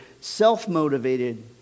self-motivated